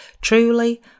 Truly